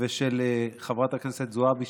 ושל חברת הכנסת זועבי,